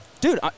Dude